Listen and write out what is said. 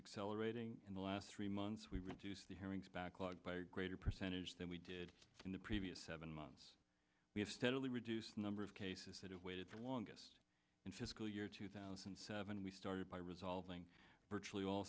accelerating in the last three months we reduced the hearings backlog by a greater percentage than we did in the previous seven months we have steadily reduced number of cases that await its longest in fiscal year two thousand and seven we started by resolving virtually all